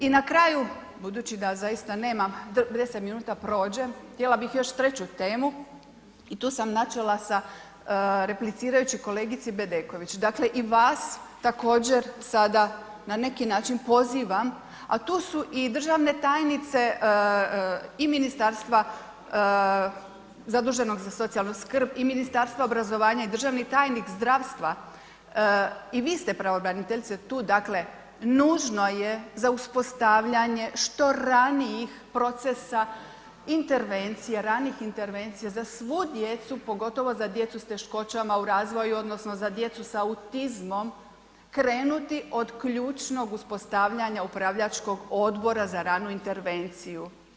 I na kraju, budući da zaista nemam 10 minuta, prođe, htjela bi još treću temu i tu sam načela sa, replicirajući kolegici Bedeković, dakle, i vas također, sada na neki način pozivam, a tu su i državne tajnice, i ministarstva zaduženog za socijalnu skrb i Ministarstvu obrazovanja i državni tajnik zdravstva i vi ste pravobraniteljice tu, dakle, nužno je za uspostavljanje, što ranijih procesa intervencija, ranih intervencija, za svu djecu, pogotovo za djecu s teškoćama u razvoju, odnosno, za djecu sa autizmom, krenuti od ključnog uspostavljanja, upravljačkog Odbora za ranu intervenciju.